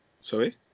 Sorry